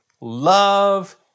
Love